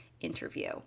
interview